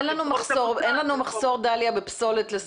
את יודעת שאין לנו מחסור בפסולת לשריפה.